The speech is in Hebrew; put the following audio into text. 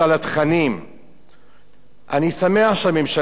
אני שמח שהממשלה באה לקראת ערוץ-10,